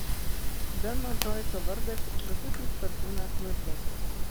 beno džoiso vardas visus lyg perkūnas nutrenkė